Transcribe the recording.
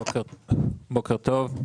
בוקר טוב.